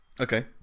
Okay